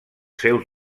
seus